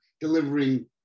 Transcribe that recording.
delivering